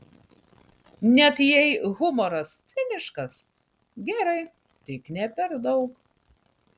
net jei humoras ciniškas gerai tik ne per daug